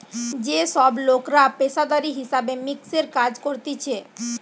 যে সব লোকরা পেশাদারি হিসাব মিক্সের কাজ করতিছে